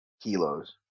kilos